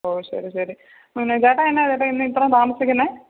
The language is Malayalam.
ഓ ശരി ശരി ചേട്ടാ എന്നാ ചേട്ടാ ഇന്നിത്രയും താമസിക്കുന്നെ